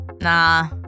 nah